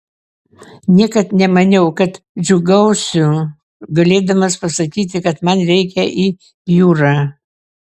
niekad nemaniau kad džiūgausiu galėdamas pasakyti kad man reikia į biurą